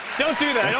don't do that.